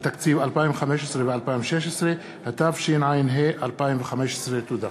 התקציב 2015 ו-2016), התשע"ה 2015. תודה.